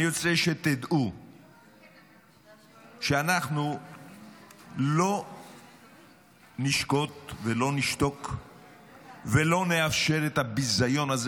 אני רוצה שתדעו שאנחנו לא נשקוט ולא נשתוק ולא נאפשר את הביזיון הזה,